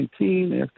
2019